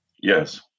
Yes